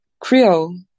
Creole